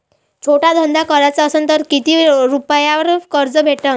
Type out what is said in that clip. छोटा धंदा कराचा असन तर किती रुप्यावर कर्ज भेटन?